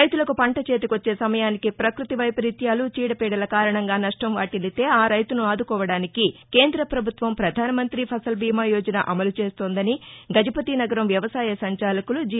రైతులకు పంట చేతికొచ్చే సమయానికి పక్బతి వైపరీత్యాలు చీడపీడల కారణంగా నష్టం వాటిల్లితే ఆ రైతును ఆదుకోడానికి కేంర ప్రభుత్వం ప్రధాన మంతి ఫసల్ బీమా యోజన అమలు చేస్తోందని గజపతి నగరం వ్యవసాయ సంచాలకులు జి